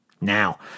Now